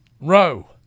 row